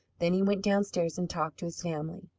then he went downstairs and talked to his family.